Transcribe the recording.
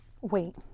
Wait